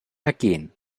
ergehen